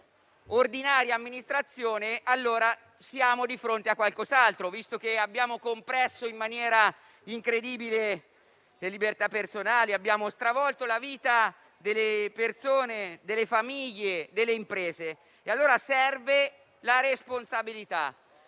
ordinaria amministrazione, allora siamo di fronte a qualcos'altro, visto che abbiamo compresso in maniera incredibile le libertà personali e abbiamo stravolto la vita delle persone, delle famiglie e delle imprese. Serve dunque la responsabilità,